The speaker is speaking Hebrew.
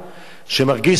זו המציאות.